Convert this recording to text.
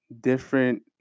different